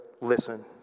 listen